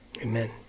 Amen